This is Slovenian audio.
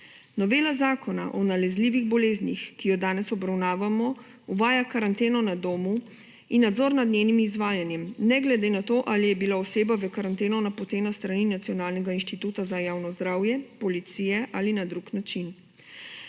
Novela Zakona o nalezljivih boleznih, ki jo danes obravnavamo, uvaja karanteno na domu in nadzor nad njenim izvajanjem, ne glede na to, ali je bila oseba v karanteno napotena s strani Nacionalnega inštituta za javno zdravje, policije ali na drug način.